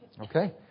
Okay